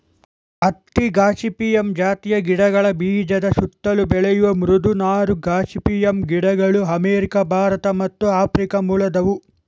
ಹತ್ತಿ ಗಾಸಿಪಿಯಮ್ ಜಾತಿಯ ಗಿಡಗಳ ಬೀಜದ ಸುತ್ತಲು ಬೆಳೆಯುವ ಮೃದು ನಾರು ಗಾಸಿಪಿಯಮ್ ಗಿಡಗಳು ಅಮೇರಿಕ ಭಾರತ ಮತ್ತು ಆಫ್ರಿಕ ಮೂಲದವು